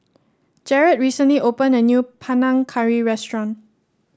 Jarred recently opened a new Panang Curry restaurant